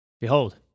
Behold